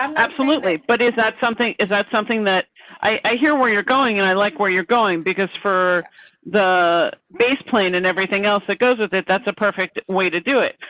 um absolutely. but is that something is that something that i hear where you're going and i like where you're going, because for the base plane and everything else that goes with it that's a perfect way to do it.